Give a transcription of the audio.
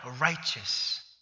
righteous